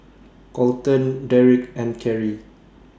Kolton Derrek and Carry